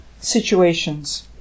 situations